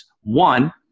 One